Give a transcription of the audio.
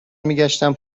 میگشتم